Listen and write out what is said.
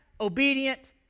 obedient